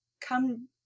come